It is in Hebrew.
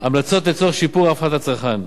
המלצות לצורך שיפור רווחת הצרכן,